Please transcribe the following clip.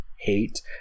hate